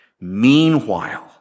Meanwhile